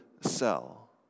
cell